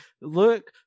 look